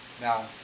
Now